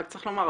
רק צריך לומר,